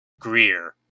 Greer